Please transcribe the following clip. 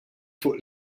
fuq